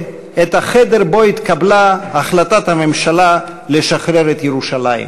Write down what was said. את החדר שבו התקבלה החלטת הממשלה לשחרר את ירושלים.